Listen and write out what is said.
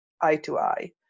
eye-to-eye